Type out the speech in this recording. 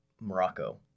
Morocco